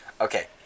okay